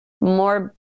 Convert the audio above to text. more